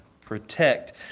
protect